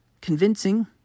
convincing